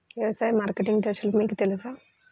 వ్యవసాయ మార్కెటింగ్ దశలు మీకు తెలుసా?